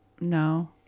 no